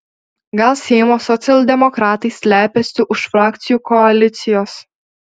gal seimo socialdemokratai slepiasi už frakcijų koalicijos